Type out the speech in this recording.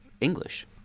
English